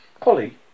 Polly